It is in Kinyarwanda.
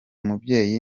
mubyeyi